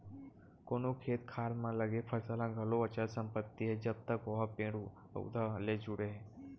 कोनो खेत खार म लगे फसल ह घलो अचल संपत्ति हे जब तक ओहा पेड़ पउधा ले जुड़े हे